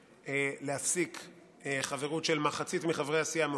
להפסיק חברות של מחצית מחברי הסיעה,